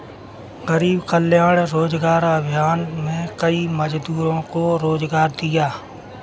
गरीब कल्याण रोजगार अभियान में कई मजदूरों को रोजगार दिया